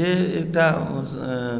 जे एकटा